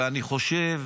ואני חושב